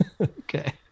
Okay